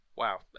Wow